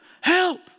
help